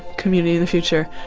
community in the future,